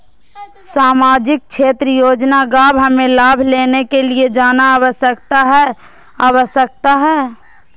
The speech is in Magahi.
सामाजिक क्षेत्र योजना गांव हमें लाभ लेने के लिए जाना आवश्यकता है आवश्यकता है?